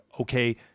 okay